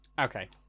Okay